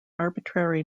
arbitrary